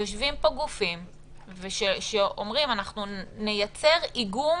יושבים פה גופים שאומרים: אנחנו נייצר איגום